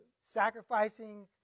sacrificing